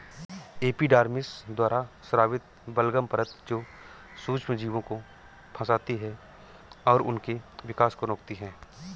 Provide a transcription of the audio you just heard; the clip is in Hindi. एपिडर्मिस द्वारा स्रावित बलगम परत जो सूक्ष्मजीवों को फंसाती है और उनके विकास को रोकती है